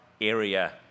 area